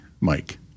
Mike